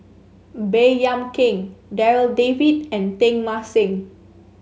Baey Yam Keng Darryl David and Teng Mah Seng